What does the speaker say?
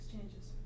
changes